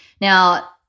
Now